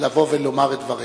לבוא ולומר את דברך.